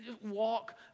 walk